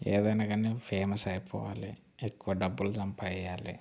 ఏదైనా కానీ ఫేమస్ అయిపోవాలి ఎక్కువ డబ్బులు సంపాదించాలి